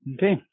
Okay